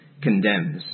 condemns